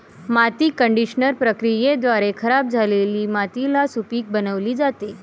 माती कंडिशनर प्रक्रियेद्वारे खराब झालेली मातीला सुपीक बनविली जाते